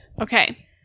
Okay